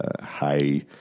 high